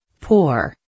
Poor